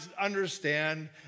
understand